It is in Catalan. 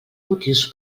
motius